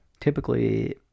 Typically